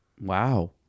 Wow